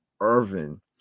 Irvin